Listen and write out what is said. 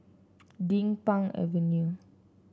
Din Pang Avenue